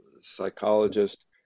psychologist